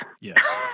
Yes